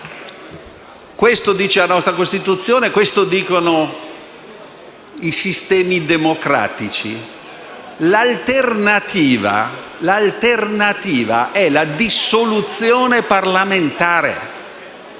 Questo dice la nostra Costituzione e questo dicono i sistemi democratici. L'alternativa è la dissoluzione parlamentare: